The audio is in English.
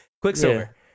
quicksilver